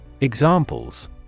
Examples